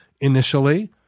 initially